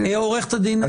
בעניין הזה.